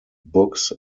books